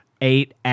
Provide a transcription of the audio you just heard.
eight